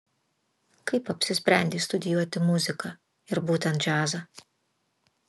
kaip apsisprendei studijuoti muziką ir būtent džiazą